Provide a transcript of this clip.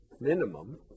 minimum